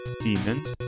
demons